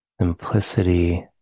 simplicity